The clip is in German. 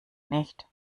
nicht